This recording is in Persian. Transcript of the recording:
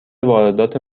واردات